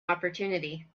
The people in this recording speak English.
opportunity